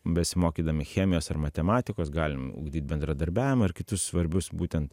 besimokydami chemijos ar matematikos galim ugdyt bendradarbiavimą ir kitus svarbius būtent